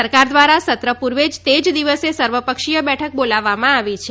સરકાર દ્વારા સત્ર પૂર્વ તે જ દિવસે સર્વપક્ષીય બેઠક બોલાવવામાં આવી છે